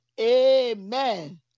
Amen